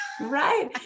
Right